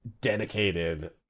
dedicated